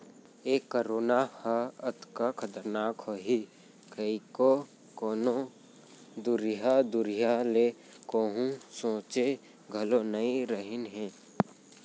ए corona ह अतका खतरनाक होही कइको कोनों दुरिहा दुरिहा ले कोहूँ सोंचे घलौ नइ रहिन हें